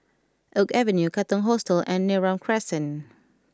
Oak Avenue Katong Hostel and Neram Crescent